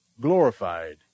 glorified